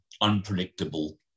unpredictable